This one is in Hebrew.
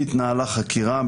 התנהלה חקירה,